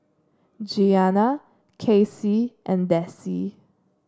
Giana Kacy and Dessie